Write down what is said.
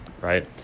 right